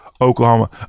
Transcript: oklahoma